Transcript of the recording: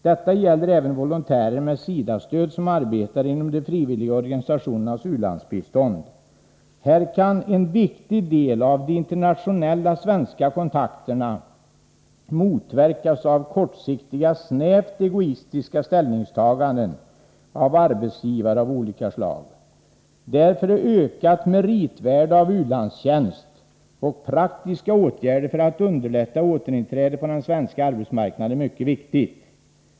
Detta gäller även volontärer med SIDA-stöd som arbetar inom de frivilliga organisationernas u-landsbistånd. Här kan en viktig del av de internationella svenska kontakterna motverkas av kortsiktiga snävt egoistiska ställningstaganden av arbetsgivare av olika slag. Därför är ökat meritvärde av utlandstjänst och praktiska åtgärder för att underlätta återinträdet på den svenska arbetsmarknaden mycket viktiga.